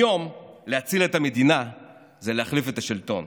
היום, להציל את המדינה זה להחליף את השלטון.